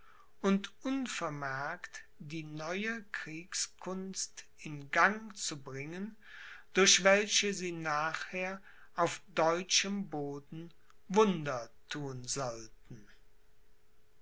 und unvermerkt die neue kriegskunst in gang zu bringen durch welche sie nachher auf deutschem boden wunder thun sollten